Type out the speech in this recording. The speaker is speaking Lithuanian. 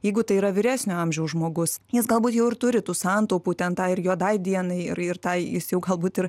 jeigu tai yra vyresnio amžiaus žmogus jis galbūt jau ir turi tų santaupų ten tai ir juodai dienai ir ir tai jis jau galbūt ir